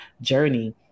journey